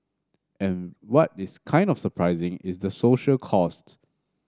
and what is kind of surprising is the social costs